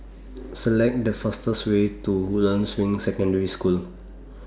Select The fastest Way to Woodlands Ring Secondary School